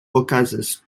okazas